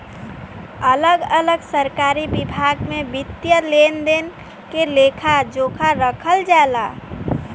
अलग अलग सरकारी विभाग में वित्तीय लेन देन के लेखा जोखा रखल जाला